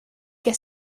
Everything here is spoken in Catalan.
que